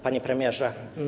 Panie Premierze!